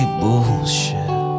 bullshit